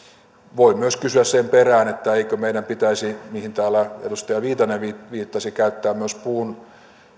voi myös kysyä sen perään eikö meidän pitäisi mihin täällä edustaja viitanen viittasi käyttää myös puun